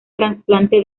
trasplante